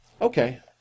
Okay